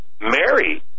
Mary